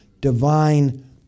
divine